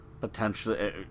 potentially